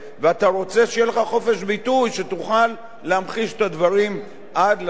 ביטוי שתוכל להמחיש את הדברים עד לצורה המרבית.